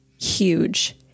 huge